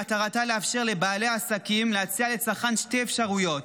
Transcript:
מטרתה לאפשר לבעלי העסקים להציע לצרכן שתי אופציות: